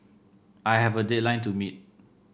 I have a deadline to meet